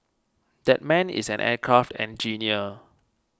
that man is an aircraft engineer